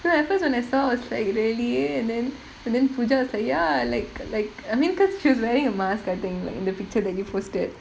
so at first when I saw I was like really and then and then fujah is like ya like like I mean because she was wearing a mask I think like in the picture that you posted